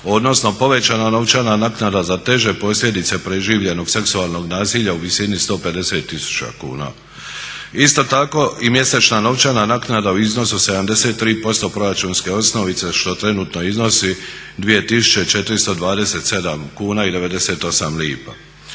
odnosno povećana novčana naknada za teže posljedice preživljenog seksualnog nasilja u visini 150 tisuća kuna. Isto tako i mjesečna novčana naknada u iznosu 73% proračunske osnovice što trenutno iznosi 2427 kuna i 98 lipa.